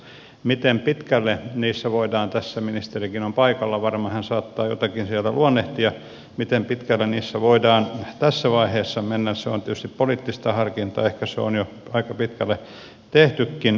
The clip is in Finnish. miten pitkälle niissä voidaan ministerikin on paikalla varmaan hän saattoi teki selvän luonne ja saattaa jotakin sieltä luonnehtia tässä vaiheessa mennä se on tietysti poliittista harkintaa ehkä se on jo aika pitkälle tehtykin